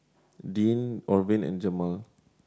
Deanne Orvin and Jemal